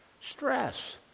Stress